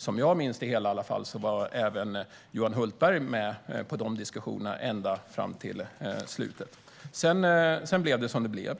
Som jag minns det hela var även Johan Hultberg med under de diskussionerna ända fram till slutet. Sedan blev det som det blev.